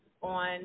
on